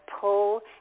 pull